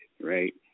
right